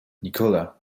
nikola